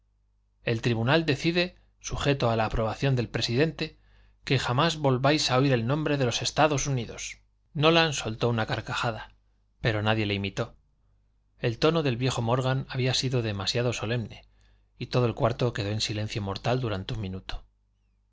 el tribunal decide sujeto a la aprobación del presidente que jamás volváis a oír el nombre de los estados unidos nolan soltó una carcajada pero nadie le imitó el tono del viejo morgan había sido demasiado solemne y todo el cuarto quedó en silencio mortal durante un minuto